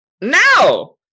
now